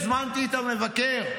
והזמנתי את המבקר,